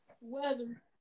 Weather